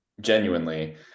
Genuinely